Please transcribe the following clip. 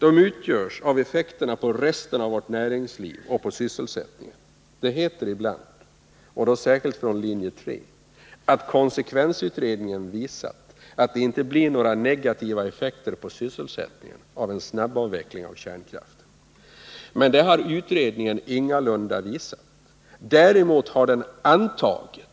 De utgörs av effekterna på resten av vårt näringsliv och på sysselsättningen. Det heter ibland — och då särskilt från linje 3 — att konsekvensutredningen har visat att det inte blir några negativa effekter på sysselsättningen av en snabbavveckling av kärnkraften. Detta har utredningen ingalunda visat. Däremot har den antagit